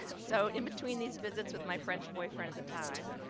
so in between these visits with my french boyfriend at the time,